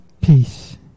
peace